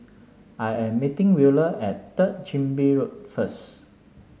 I am meeting Wheeler at Third Chin Bee Road first